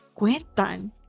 cuentan